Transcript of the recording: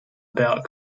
about